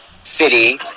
city